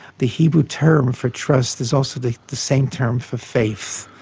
the hebrew term for trust is also the the same term for faith.